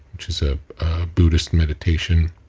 which is a buddhist meditation.